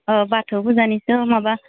अ बाथौ फुजानिसो माबा